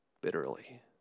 bitterly